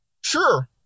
Sure